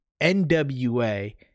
NWA